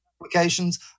applications